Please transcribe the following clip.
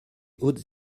hautes